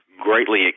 greatly